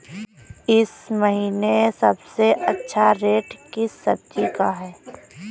इस महीने सबसे अच्छा रेट किस सब्जी का है?